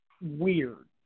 weird